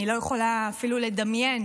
אני לא יכולה אפילו לדמיין